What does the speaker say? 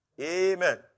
Amen